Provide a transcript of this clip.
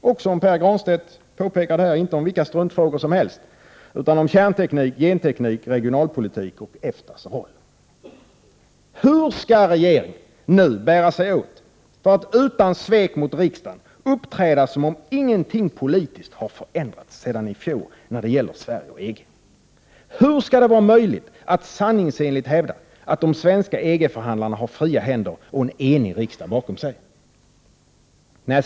Det handlar, som Pär Granstedt påpekade, inte om vilka struntfrågor som helst, utan om kärnteknik, genteknik, regionalpolitik och EFTA:s roll. Hur skall regeringen nu bära sig åt för att utan svek mot riksdagen uppträda som om ingenting politiskt har förändrats sedan i fjol vad gäller Sverige och EG? Hur skall det vara möjligt att sanningsenligt hävda att de svenska EG-förhandlarna har fria händer och en enig riksdag bakom sig?